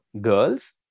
girls